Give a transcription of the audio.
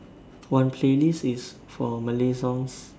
one playlist is for Malay songs